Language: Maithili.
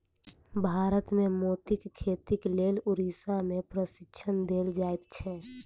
भारत मे मोतीक खेतीक लेल उड़ीसा मे प्रशिक्षण देल जाइत छै